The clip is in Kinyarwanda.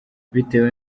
bitewe